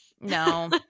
No